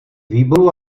výborů